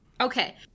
Okay